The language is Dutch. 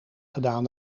gedaan